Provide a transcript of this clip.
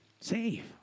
Save